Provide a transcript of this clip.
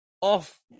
off